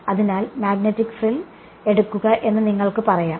അതിനാൽ magnetic frill എടുക്കുക എന്ന് നിങ്ങൾക്ക് പറയാം